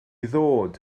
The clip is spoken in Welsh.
ddod